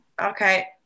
Okay